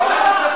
כבוד השר,